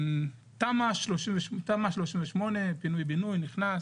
תמ"א 38, פינוי בינוי, נכנס.